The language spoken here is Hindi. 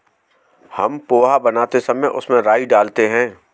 हम पोहा बनाते समय उसमें राई डालते हैं